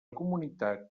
comunitat